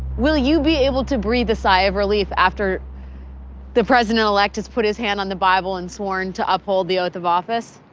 will you be able to breathe a sigh of relief after the president-elect put his hand on the bible and sworn to uphold the oath of office.